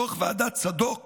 דוח ועדת צדוק